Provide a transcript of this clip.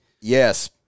Yes